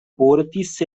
portis